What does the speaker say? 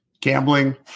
gambling